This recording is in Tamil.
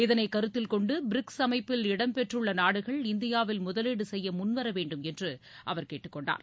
இதனை கருத்தில் கொண்டு பிரிக்ஸ் அமைப்பில் இடம்பெற்றுள்ள நாடுகள் இந்தியாவில் முதலீடு செய்ய முன்வரவேண்டும் என்று அவர் கேட்டுக்கொண்டார்